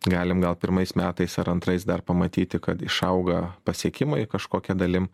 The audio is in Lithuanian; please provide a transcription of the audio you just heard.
galim gal pirmais metais ar antrais dar pamatyti kad išauga pasiekimai kažkokia dalim